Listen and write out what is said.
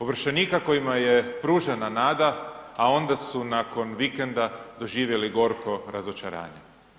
Ovršenika kojima je pružena nada, a onda su nakon vikenda doživjeli gorko razočaranje.